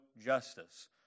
justice